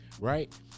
right